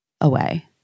away